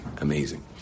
amazing